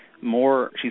more